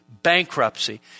bankruptcy